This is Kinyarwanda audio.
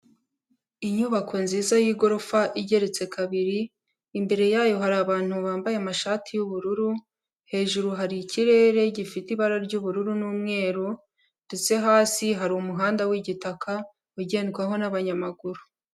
Inyubako nziza y'igorofa igeretse kabiri, imbere yayo hari abantu bambaye amashati y'ubururu, hejuru hari ikirere gifite ibara ry'ubururu n'umweru ndetse hasi hari umuhanda w'igitaka ugendwaho n'abanyamaguru.